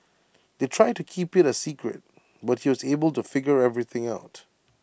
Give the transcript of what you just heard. they tried to keep IT A secret but he was able to figure everything out